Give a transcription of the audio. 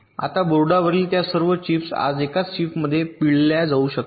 आता बोर्डांवरील त्या सर्व चिप्स आज एकाच चिपमध्ये पिळल्या जाऊ शकतात